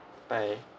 bye